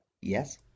yes